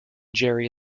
jerry